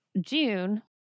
June